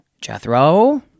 Jethro